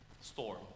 storm